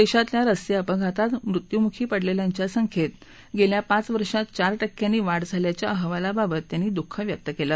देशातल्या रस्ते अपघातात मृत्युमुछी पडलेल्यांच्या संख्येत गेल्या पाच वर्षात चार टक्क्यांनी वाढ झाल्याच्या अहवालाबाबतही त्यांनी दुःख व्यक्त केलं